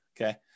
Okay